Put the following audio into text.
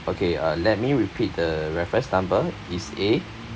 okay uh let me repeat the reference number it's A